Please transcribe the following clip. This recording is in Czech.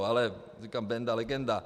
Ale říkám Benda legenda.